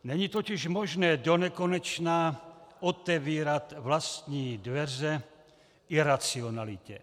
Není totiž možné donekonečna otevírat vlastní dveře iracionalitě.